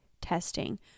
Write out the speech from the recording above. testing